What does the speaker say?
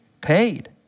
Paid